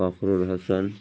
فخر الحسن